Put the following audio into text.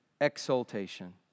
exaltation